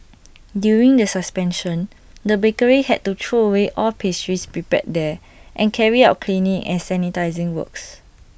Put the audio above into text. during the suspension the bakery had to throw away all pastries prepared there and carry out cleaning and sanitising works